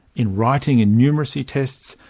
in writing and numeracy tests,